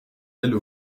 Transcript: elles